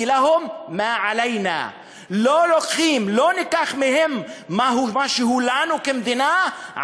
לא ניקח מהם מה שהוא לנו כמדינה,